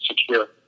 secure